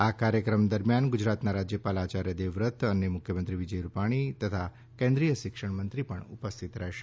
આ કાર્યક્રમ દરમિયાન ગુજરાતનાં રાજ્યપાલ આચાર્ય દેવવ્રત અને મુખ્યમંત્રી વિજય રૂપાણી અને કેન્દ્રીય શિક્ષણ મંત્રી ઉપસ્થિત રહેશે